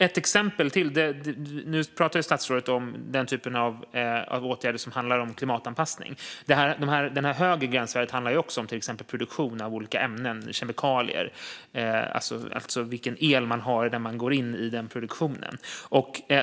Nu pratar statsrådet om den typen av åtgärder som handlar om klimatanpassning. Det högre gränsvärdet handlar också om till exempel produktion av olika ämnen, kemikalier, alltså vilken el man använder i produktionen.